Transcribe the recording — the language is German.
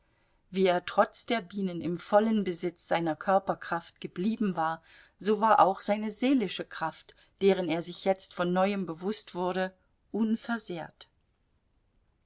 wie er trotz der bienen im vollen besitz seiner körperkraft geblieben war so war auch seine seelische kraft deren er sich jetzt von neuem bewußt wurde unversehrt